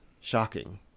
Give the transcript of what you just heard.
Shocking